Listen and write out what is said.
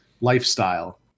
lifestyle